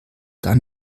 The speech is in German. dann